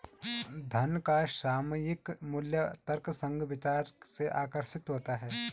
धन का सामयिक मूल्य तर्कसंग विचार से आकर्षित होता है